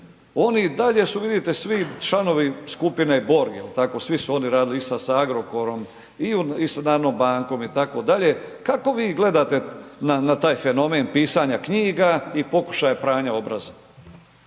i dalje su vidite svi članovi skupine Borg, jel tako, svi su oni radili isto sa Agrokorom i sa Narodnom bankom itd. Kako vi gledate na taj fenomen pisanja knjiga i pokušaja pranja obraza?